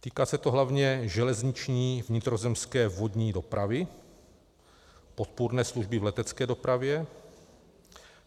Týká se to hlavně železniční, vnitrozemské, vodní dopravy, podpůrné služby v letecké dopravě,